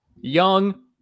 young